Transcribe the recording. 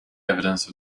evidence